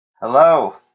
Hello